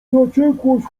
zaciekłość